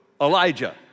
Elijah